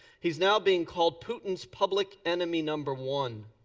he's now being called putin's public enemy number one.